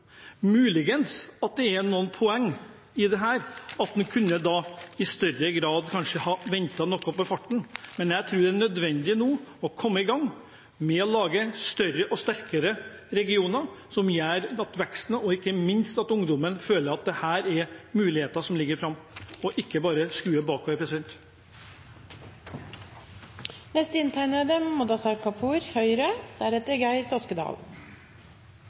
Muligens er det noen poeng i at en kanskje kunne ha ventet noe med farten, men jeg tror det er nødvendig nå å komme i gang med å lage større og sterkere regioner, som medfører vekst og ikke minst at ungdommene føler at det er muligheter framover, og at man ikke bare skuer bakover. Jeg vil først si at det er